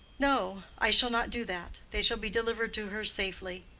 no i shall not do that. they shall be delivered to her safely.